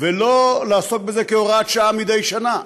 ולא לעסוק בזה כהוראת שעה מדי שנה.